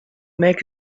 make